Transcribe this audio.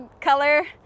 color